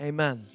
Amen